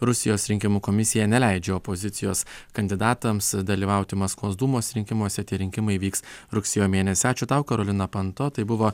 rusijos rinkimų komisija neleidžia opozicijos kandidatams dalyvauti maskvos dūmos rinkimuose tie rinkimai vyks rugsėjo mėnesį ačiū tau karolina panto tai buvo